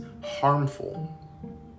harmful